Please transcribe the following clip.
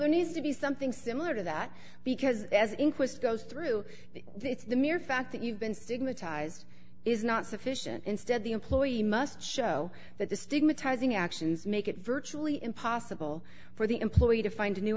there needs to be something similar to that because as inquest goes through this the mere fact that you've been stigmatized is not sufficient instead the employee must show that the stigmatizing actions make it virtually impossible for the employee to find new